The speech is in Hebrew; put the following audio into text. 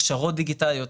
הכשרות דיגיטליות,